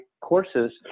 courses